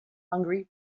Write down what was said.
hungary